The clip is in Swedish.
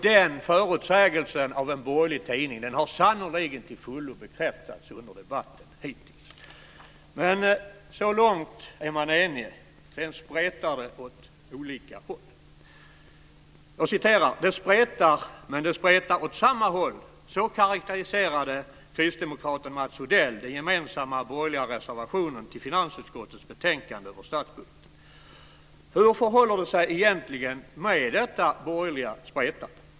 Den förutsägelsen av en borgerlig tidning har sannerligen till fullo bekräftats under debatten hittills. Så långt är man enig. Sedan spretar det åt olika håll. "Det spretar, men det spretar åt samma håll." Så karakteriserade kristdemokraten Mats Odell den gemensamma borgerliga reservationen till finansutskottets betänkande över statsbudgeten. Hur förhåller det sig egentligen med detta borgerliga spretande?